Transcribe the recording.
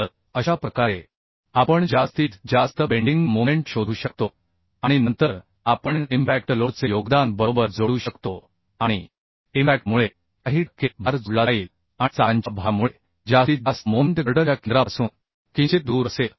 तर अशा प्रकारे आपण जास्तीत जास्त बेंडिंग मोमेंट शोधू शकतो आणि नंतर आपण इम्पॅक्ट लोडचे योगदान बरोबर जोडू शकतो आणि इम्पॅक्टमुळे काही टक्के भार जोडला जाईल आणि चाकांच्या भारामुळे जास्तीत जास्त मोमेंट गर्डरच्या केंद्रापासून किंचित दूर असेल